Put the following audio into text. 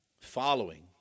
Following